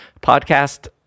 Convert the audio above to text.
podcast